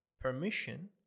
permission